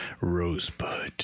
Rosebud